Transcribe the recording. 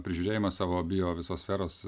prižiūrėjimas savo bio visos sferos